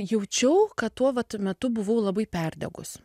jaučiau kad tuo vat metu buvau labai perdegus